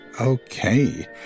Okay